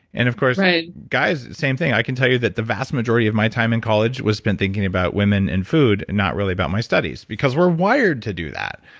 and of course guys, same thing. i can tell you that the vast majority of my time in college was spent thinking about women and food and not really about my studies, because we're wired to do that.